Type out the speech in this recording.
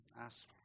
ask